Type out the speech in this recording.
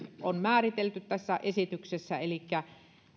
on määritelty tässä esityksessä elikkä